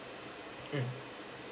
mm